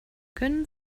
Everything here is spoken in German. können